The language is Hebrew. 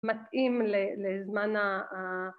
‫מתאים לזמן ה...